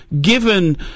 given